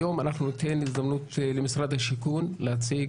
היום ניתן הזדמנות למשרד השיכון להציג,